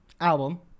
album